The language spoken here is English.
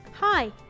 Hi